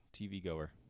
TV-goer